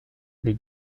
les